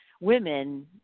women